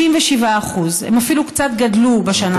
37%. הם אפילו קצת גדלו בשנה האחרונה.